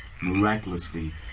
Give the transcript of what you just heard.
Miraculously